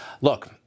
Look